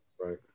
Right